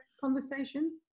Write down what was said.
conversation